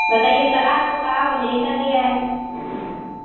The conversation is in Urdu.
بتائیے سلاد کو کہا وہ لے کر نہیں آئے